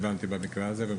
במקרה הזה.